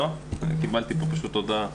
קיבלתי כאן הודעה.